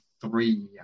three